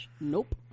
nope